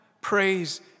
praise